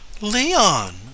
leon